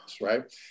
right